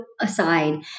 aside